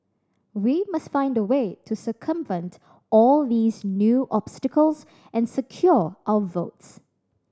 we must find a way to circumvent all these new obstacles and secure our votes